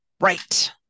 Right